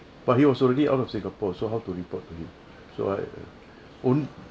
but he was already out of singapore so how to report to him so I own